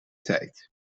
tijd